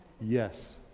Yes